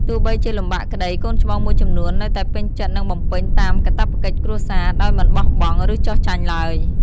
ទោះបីជាលំបាកក្ដី កូនច្បងមួយចំនួននៅតែពេញចិត្តនឹងបំពេញតាមកាតព្វកិច្ចគ្រួសារ ដោយមិនបោះបង់ ឬ ចុះចាញ់ឡើយ។